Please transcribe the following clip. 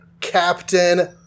Captain